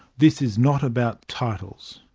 this is not about titles.